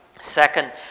Second